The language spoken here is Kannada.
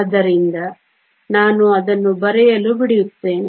ಆದ್ದರಿಂದ ನಾನು ಅದನ್ನು ಬರೆಯಲು ಬಿಡುತ್ತೇನೆ